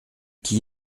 qui